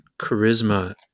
charisma